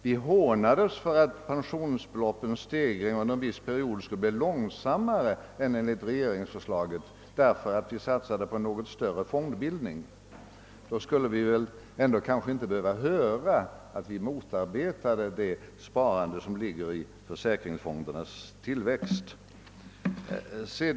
Vi hånades den gången för att pensionsbeloppens stegring under en viss uppbyggnadsperiod skulle bli långsammare än enligt regeringsförslaget, därför att vi satsade på en något större fondbildning. Då skulle vi väl inte nu behöva höra att vi motarbetade det sparande som ligger i försäkringsfondernas tillväxt.